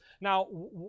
now